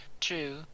True